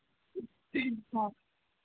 ꯍꯣꯏ